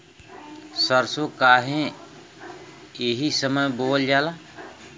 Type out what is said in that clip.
सरसो काहे एही समय बोवल जाला?